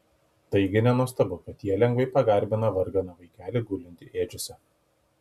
taigi nenuostabu kad jie lengvai pagarbina varganą vaikelį gulintį ėdžiose